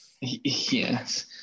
Yes